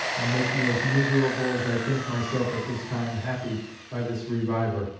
and make me as miserable as i think myself at this time happy by this reviver,